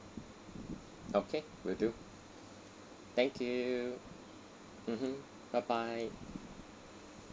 okay will do thank you mmhmm bye bye